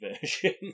version